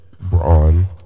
Braun